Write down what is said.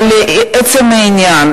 אבל לעצם העניין,